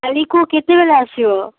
କାଲିକୁ କେତେବେଲେ ଆସିବ